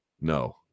No